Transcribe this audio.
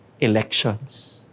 elections